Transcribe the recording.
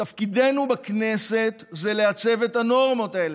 תפקידנו בכנסת זה לעצב את הנורמות האלה,